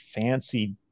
fancy